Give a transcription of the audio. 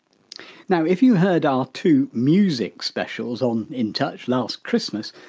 now if you heard our two music specials on in touch last christmas,